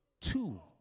two